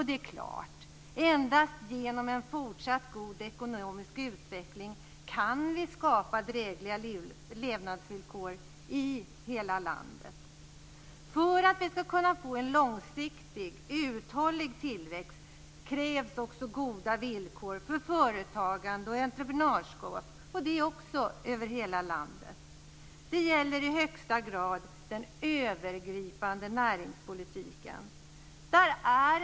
Det är klart att det endast är genom en fortsatt god ekonomisk utveckling som vi kan skapa drägliga levnadsvillkor i hela landet. För att vi ska kunna få en långsiktig, uthållig tillväxt krävs också goda villkor för företagande och entreprenörskap. Det gäller också över hela landet. Det här gäller i högsta grad den övergripande näringspolitiken.